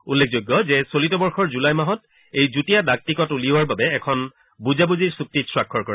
উল্লেখযোগ্য যে চলিত বৰ্ষৰ জুলাই মাহত এই যুটীয়া ডাক টিকট উলিওৱাৰ বাবে এখন বুজাবুজিৰ চুক্তিত স্বাক্ষৰ কৰা হৈছিল